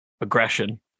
aggression